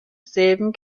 silben